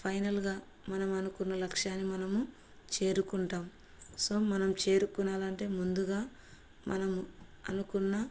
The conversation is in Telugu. ఫైనల్గా మనం అనుకున్న లక్ష్యాన్ని మనము చేరుకుంటాం సో మనం చేరుకోవాలంటే ముందుగా మనము అనుకున్న